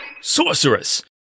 Sorceress